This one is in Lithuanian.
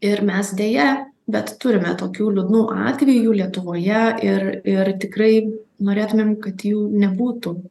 ir mes deja bet turime tokių liūdnų atvejų lietuvoje ir ir tikrai norėtumėm kad jų nebūtų